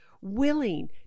willing